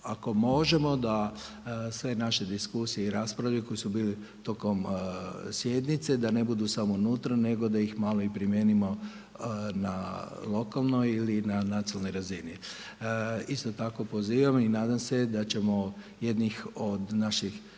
ako možemo da sve naše diskusije i rasprave koje su bili tokom sjednice, da ne budu samo unutra nego da ih malo i primijenimo na lokalnoj ili na nacionalnoj razini. Isto tako pozivam i nadam se da ćemo jednih od naših